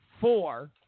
four